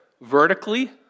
vertically